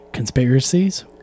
Conspiracies